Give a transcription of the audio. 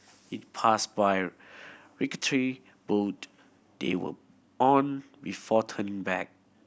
it passed by rickety boat they were on before turning back